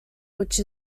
which